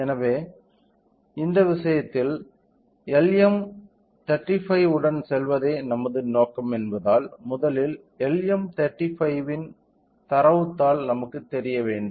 எனவே இந்த விஷயத்தில் LM 35 உடன் செல்வதே நமது நோக்கம் என்பதால் முதலில் LM 35 இன் தரவுத்தாள் நமக்கு தெரிய வேண்டும்